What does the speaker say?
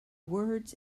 words